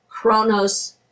Chronos